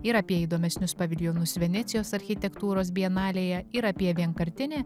ir apie įdomesnius paviljonus venecijos architektūros bienalėje ir apie vienkartinį